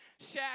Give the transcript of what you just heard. Shaq